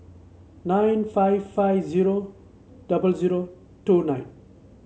nine five five zero double zero two nine